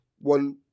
one